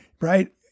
right